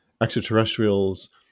extraterrestrials